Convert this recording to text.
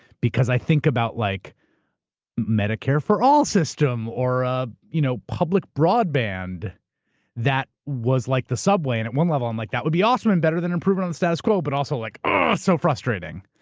because i think about like medicare for all system or a you know public broadband that was like the subway. and, at one level and like that would be awesome and better than improvement on the status quo, but also it's like ah so frustrating.